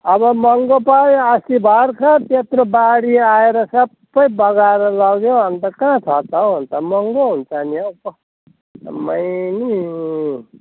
अब महँगो पऱ्यो अस्ति भर्खर त्यत्रो बाढी आएर सबै बगाएर लग्यो अन्त कहाँ छ त हौ अन्त महँगो हुन्छ नि हौ आम्मै नि